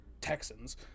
Texans